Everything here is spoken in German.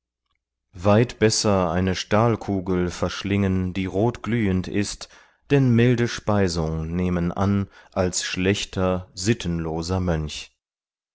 weit besser eine stahlkugel verschlingen die rotglühend ist denn milde speisung nehmen an als schlechter sittenloser mönch